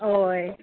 होय